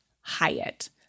Hyatt